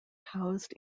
housed